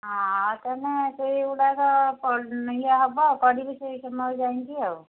ହଁ ଆଉ ତା' ହେଲେ ସେଇ ଗୁଡ଼ାକ ଇଏ ହେବ କରିବି ସେଇ ସମୟରେ ଯାଇକି ଆଉ